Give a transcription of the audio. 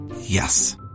Yes